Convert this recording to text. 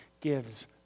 gives